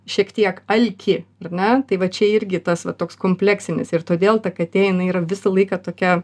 šiek tiek alkį ar ne tai va čia irgi tas va toks kompleksinis ir todėl ta katė jinai yra visą laiką tokia